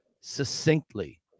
succinctly